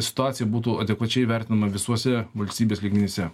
situacija būtų adekvačiai vertinama visuose valstybės lygmenyse